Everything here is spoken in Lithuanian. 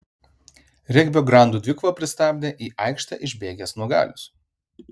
regbio grandų dvikovą pristabdė į aikštę išbėgęs nuogalius